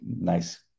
nice